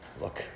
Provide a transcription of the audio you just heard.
look